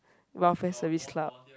welfare Service Club